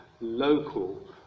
local